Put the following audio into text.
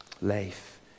Life